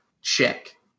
Check